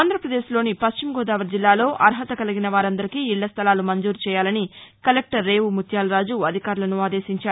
ఆంధ్రప్రదేశ్లోని పశ్చిమ గోదావరి జిల్లాలో అర్హత కలిగిన వారందరికీ ఇళ్లస్లాలు మంజూరు చేయాలని కలెక్లర్ రేవు ముత్యాలరాజు అధికారులను ఆదేశించారు